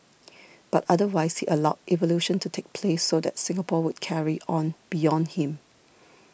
but otherwise he allowed evolution to take place so that Singapore would carry on beyond him